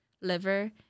liver